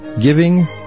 giving